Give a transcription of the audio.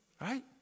right